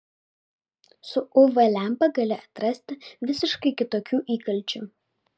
su uv lempa gali atrasti visiškai kitokių įkalčių